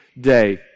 day